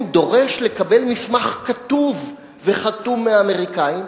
דורש לקבל מסמך כתוב וחתום מהאמריקנים?